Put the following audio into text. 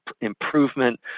improvement